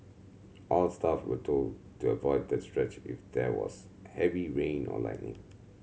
all staff were told to avoid that stretch if there was heavy rain or lightning